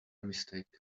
mistake